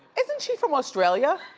isn't she from australia?